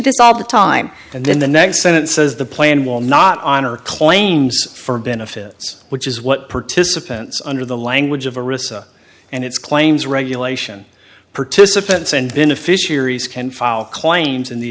this all the time and then the next senate says the plan will not honor claims for benefits which is what participants under the language of a risk and its claims regulation participants and beneficiaries can file claims in the